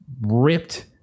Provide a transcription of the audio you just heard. ripped